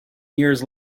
years